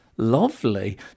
Lovely